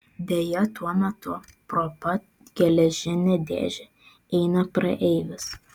deja tuo metu pro pat geležinę dėžę eina praeivis